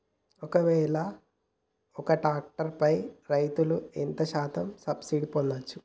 ఒక్కవేల ఒక్క ట్రాక్టర్ పై రైతులు ఎంత శాతం సబ్సిడీ పొందచ్చు?